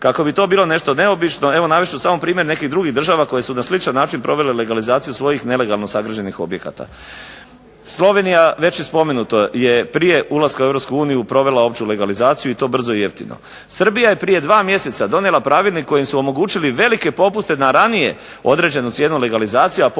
kako bi to bilo nešto neobično evo navest ću samo primjer nekih drugih država koje su na sličan način provele legalizaciju svojih nelegalno sagrađenih objekata. Slovenija već je spomenuto je prije ulaska u Europsku uniju provela opću legalizaciju i to brzo i jeftino. Srbija je prije dva mjeseca donijela pravilnik kojim su omogućili velike popuste na ranije određenu cijenu legalizacija,